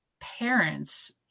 parents